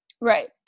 right